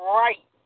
right